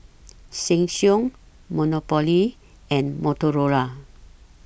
Sheng Siong Monopoly and Motorola